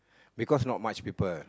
because not much people